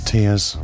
Tears